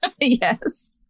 Yes